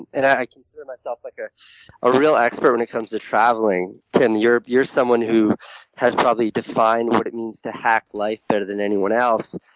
and i consider myself like ah a real expert when it comes to traveling. tim, you're you're someone who has probably defined what it means to hack life better than anyone else.